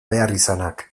beharrizanak